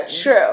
true